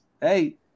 Hey